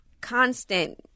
constant